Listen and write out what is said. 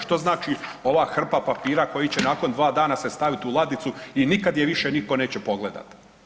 Što znači ova hrpa papira koju će nakon dva dana se stavit u ladicu i nikad je više nitko neće pogledat?